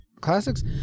classics